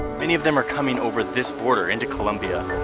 many of them are coming over this border into colombia.